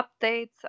updates